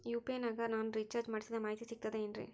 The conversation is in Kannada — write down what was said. ಯು.ಪಿ.ಐ ನಾಗ ನಾ ರಿಚಾರ್ಜ್ ಮಾಡಿಸಿದ ಮಾಹಿತಿ ಸಿಕ್ತದೆ ಏನ್ರಿ?